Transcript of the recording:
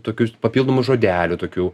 tokius papildomus žodelių tokių